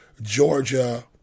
Georgia